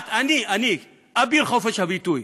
אני, אני, אביר חופש הביטוי,